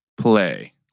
play